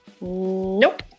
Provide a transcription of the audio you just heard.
nope